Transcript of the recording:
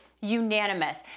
unanimous